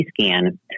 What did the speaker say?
scan